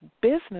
business